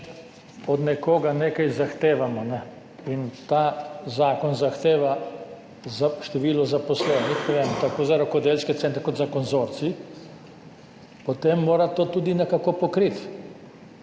od nekoga nekaj zahtevamo in ta zakon zahteva za število zaposlenih, je tako za rokodelske centre kot za konzorcij, potem mora to tudi nekako pokriti.